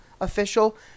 official